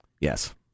Yes